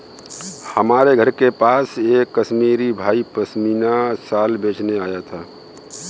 हमारे घर के पास एक कश्मीरी भाई पश्मीना शाल बेचने आया था